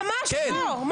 ממש לא.